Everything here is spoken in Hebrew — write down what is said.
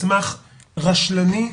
מסמך רשלני,